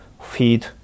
feed